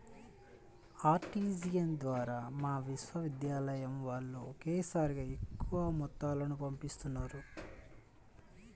RTGS ద్వారా మా విశ్వవిద్యాలయం వాళ్ళు ఒకేసారిగా ఎక్కువ మొత్తాలను పంపిస్తుంటారు